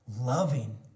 loving